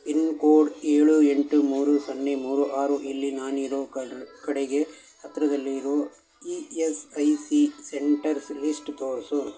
pin code ಏಳು ಎಂಟು ಮೂರು ಸೊನ್ನೆ ಮೂರು ಆರು ಇಲ್ಲಿ ನಾನಿರೋ ಕಡೆಗೆ ಹತ್ತಿರದಲ್ಲಿರೋ ಇ ಎಸ್ ಐ ಸಿ ಸೆಂಟರ್ಸ್ ಲಿಸ್ಟ್ ತೋರಿಸು